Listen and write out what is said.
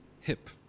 hip